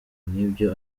nk’ibyo